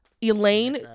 elaine